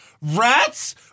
rats